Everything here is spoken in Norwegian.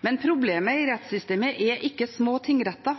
men problemet i rettssystemet er ikke små tingretter,